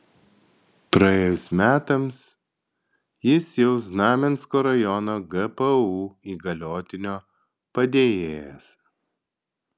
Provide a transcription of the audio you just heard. praėjus metams jis jau znamensko rajono gpu įgaliotinio padėjėjas